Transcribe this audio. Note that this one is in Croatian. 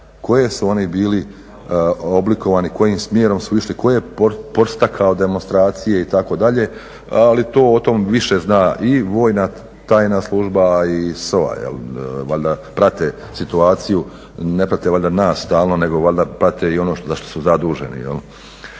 koje su oni bili oblikovani, kojim smjerom su išli, koje …/Govornik se ne razumije./… demonstracije itd. Ali to o tome više zna i vojna tajna služba i SOA. Valjda prate situaciju, ne prate valjda nas stalno nego valjda prate i ono za što su zaduženi. Tako